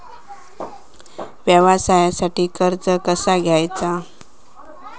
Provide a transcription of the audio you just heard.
व्यवसायासाठी कर्ज कसा घ्यायचा?